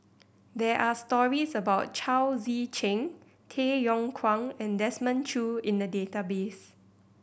there are stories about Chao Tzee Cheng Tay Yong Kwang and Desmond Choo in the database